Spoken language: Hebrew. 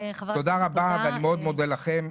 תודה רבה ואני מאוד לכם.